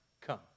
come